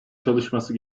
çalışması